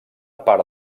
part